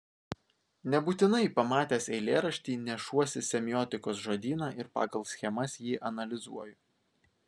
nebūtinai pamatęs eilėraštį nešuosi semiotikos žodyną ir pagal schemas jį analizuoju